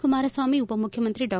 ಕುಮಾರಸ್ವಾಮಿ ಉಪಮುಖ್ಯಮಂತ್ರಿ ಡಾ